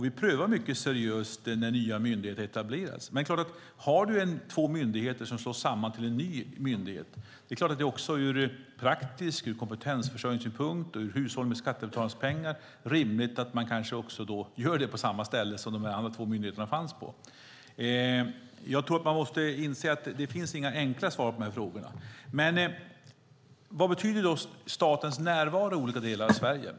Vi gör en seriös prövning när nya myndigheter etableras. Om två myndigheter slås samman till en ny myndighet är det ur praktisk synpunkt och kompetensförsörjningssynpunkt samt i fråga om hushållning av skattebetalarnas pengar rimligt att den nya myndigheten skapas på samma ställe som de andra två myndigheterna fanns på. Det finns inga enkla svar på dessa frågor. Vad betyder statens närvaro i olika delar av Sverige?